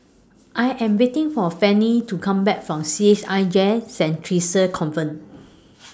I Am waiting For Fanny to Come Back from C H I J Saint Theresa's Convent